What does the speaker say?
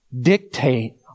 dictate